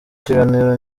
kiganiro